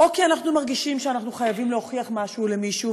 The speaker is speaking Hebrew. או כי אנחנו מרגישים שאנחנו חייבים להוכיח משהו למישהו,